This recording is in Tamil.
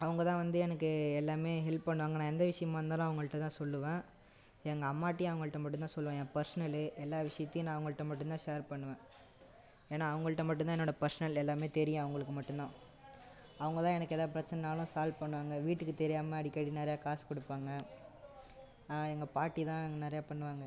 அவங்க தான் வந்து எனக்கு எல்லாம் ஹெல்ப் பண்ணுவாங்க நான் எந்த விஷயமாக இருந்தாலும் அவங்கள்கிட்ட தான் சொல்லுவேன் எங்கள் அம்மாகிட்டையும் அவங்கள்கிட்ட மட்டுந்தான் சொல்லுவேன் என் பர்ஸ்னலு எல்லா விஷயத்தையும் நான் அவங்கள்கிட்ட மட்டுந்தான் ஷேர் பண்ணுவேன் ஏன்னா அவங்கள்கிட்ட மட்டும் தான் என்னோட பர்ஸ்னல் எல்லாம் தெரியும் அவங்களுக்கு மட்டுந்தான் அவங்கள் தான் எனக்கு எதாவது பிரச்சனைன்னாலும் சால்வ் பண்ணுவாங்க வீட்டுக்கு தெரியாமல் அடிக்கடி நிறையா காசு கொடுப்பாங்க எங்கள் பாட்டி தான் எனக்கு நிறையா பண்ணுவாங்க